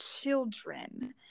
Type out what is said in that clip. children